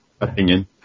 opinion